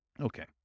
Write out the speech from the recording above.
Okay